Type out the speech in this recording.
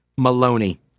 Maloney